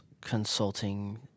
consulting